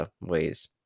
ways